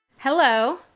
Hello